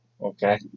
okay